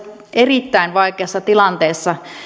erittäin vaikeassa taloudellisessa tilanteessa